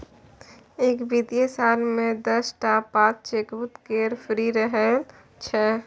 एक बित्तीय साल मे दस टा पात चेकबुक केर फ्री रहय छै